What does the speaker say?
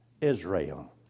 Israel